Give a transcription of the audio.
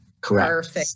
correct